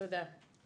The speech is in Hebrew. תודה.